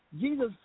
Jesus